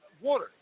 Water